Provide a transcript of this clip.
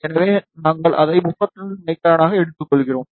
எனவே நாங்கள் அதை 35 மைக்ரானாக எடுத்துக்கொள்கிறோம்